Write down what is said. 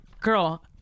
girl